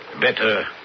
Better